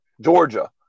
Georgia